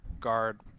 guard